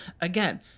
Again